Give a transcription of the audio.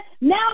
Now